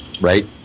Right